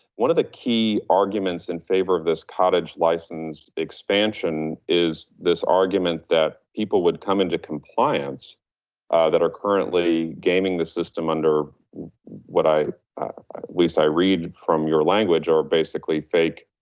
one of the key arguments in favor of this cottage license expansion is this argument that people would come into compliance that are currently gaming the system under what i, at least i read from your language are basically fake,